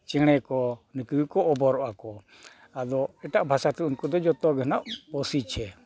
ᱪᱮᱬᱮ ᱠᱚ ᱱᱩᱠᱩ ᱜᱮᱠᱚ ᱚᱵᱚᱨᱚᱜ ᱟᱠᱚ ᱟᱫᱚ ᱮᱴᱟᱜ ᱵᱷᱟᱥᱟᱛᱮ ᱩᱱᱠᱩ ᱫᱚ ᱱᱟᱦᱟᱜ ᱵᱚᱥᱤᱪᱷᱮ